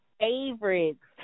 favorites